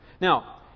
Now